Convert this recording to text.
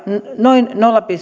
noin nolla